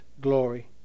glory